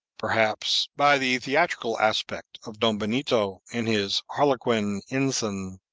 perhaps, by the theatrical aspect of don benito in his harlequin ensign,